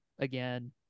Again